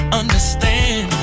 understand